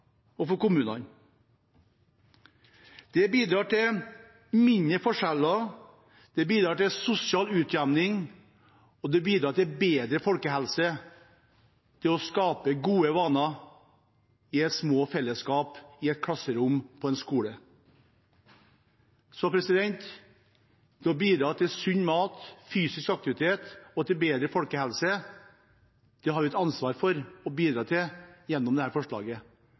kommunene. Det bidrar til mindre forskjeller. Det bidrar til sosial utjevning. Det bidrar til bedre folkehelse og til å skape gode vaner i små fellesskap i et klasserom på en skole. Det å bidra til sunn mat, fysisk aktivitet og bedre folkehelse har vi et ansvar for gjennom dette forslaget – og vi har penger til det.